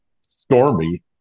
Stormy